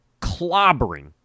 clobbering